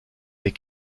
des